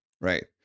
right